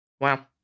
Wow